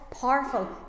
powerful